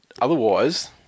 otherwise